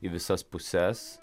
į visas puses